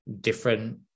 different